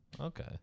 Okay